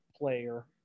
player